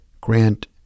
Grant